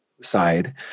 side